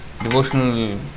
Devotional